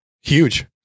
huge